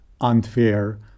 unfair